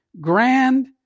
grand